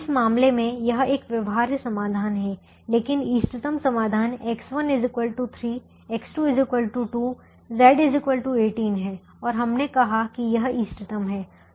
इस मामले में यह एक व्यवहार्य समाधान है लेकिन इष्टतम समाधान X1 3 X2 2 Z 18 है और हमने कहा कि यह इष्टतम है